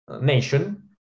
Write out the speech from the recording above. nation